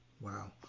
Wow